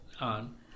on